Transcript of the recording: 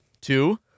Two